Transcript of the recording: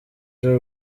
joe